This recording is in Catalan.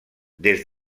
des